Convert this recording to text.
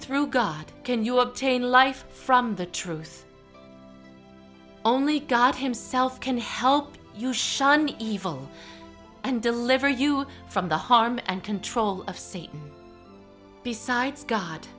through god can you obtain life from the truth only god himself can help you shine evil and deliver you from the harm and control of satan besides god